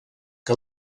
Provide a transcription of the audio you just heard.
que